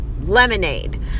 lemonade